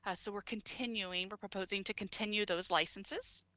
ah so we're continuing, we're proposing to continue those licenses.